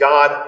God